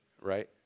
right